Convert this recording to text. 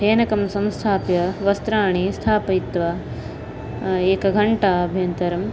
फेनकं संस्थाप्य वस्त्राणि स्थापयित्वा एकघण्टाभ्यन्तरम्